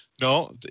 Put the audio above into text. No